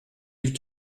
mille